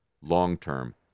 long-term